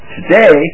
Today